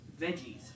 veggies